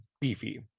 beefy